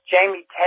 Jamie